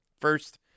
First